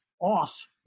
off